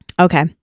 Okay